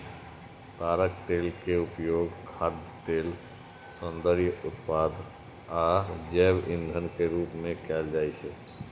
ताड़क तेल के उपयोग खाद्य तेल, सौंदर्य उत्पाद आ जैव ईंधन के रूप मे कैल जाइ छै